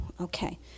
Okay